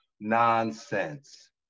nonsense